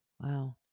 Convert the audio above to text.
Wow